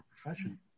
profession